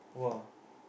!wah!